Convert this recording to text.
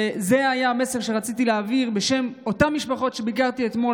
זה היה המסר שרציתי להעביר בשם אותן משפחות שביקרתי אתמול,